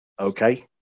okay